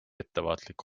ettevaatlik